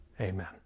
amen